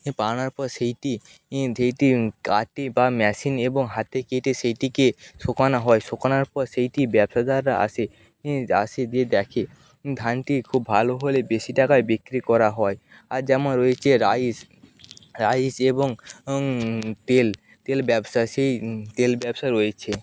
পাওনার পর সেইটি ইঁ সেইটি কাটে বা মেশিন এবং হাতে কেটে সেইটিকে শোকোনা হয় শোকোনার পর সেইটি ব্যবসাদাররা আসে আসে দিয়ে দেখে ধানটি খুব ভালো হলে বেশি টাকায় বিক্রি করা হয় আর যেমন রয়েছে রাইস রাইস এবং তেল তেল ব্যবসা সেই তেল ব্যবসা রয়েছে